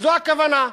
זו הכוונה.